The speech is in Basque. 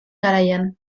garaian